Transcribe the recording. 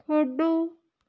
ਖੇਡੋ